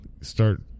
start